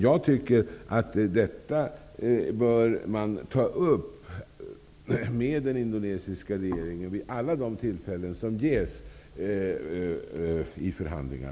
Jag tycker att detta bör tas upp med den indonesiska regeringen vid alla de tillfällen som ges i förhandlingar.